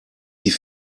die